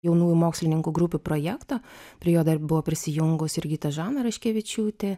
jaunųjų mokslininkų grupių projektą prie jo dar buvo prisijungusi jurgita žana raškevičiūtė